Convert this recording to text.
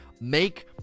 Make